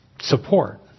support